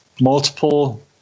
Multiple